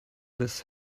this